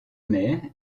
mer